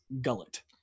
gullet